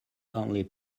only